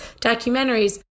documentaries